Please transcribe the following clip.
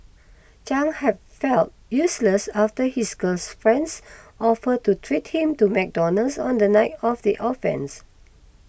Chang have felt useless after his girlfriend's offer to treat him to McDonald's on the night of the offence